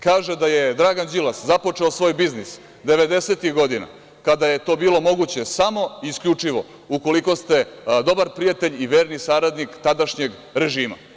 Kaže da je Dragan Đilas započeto svoj biznis 90-ih godina kada je to bilo moguće samo isključivo ukoliko ste dobar prijatelj i verni saradnik tadašnjeg režima.